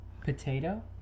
potato